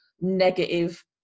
negative